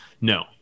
No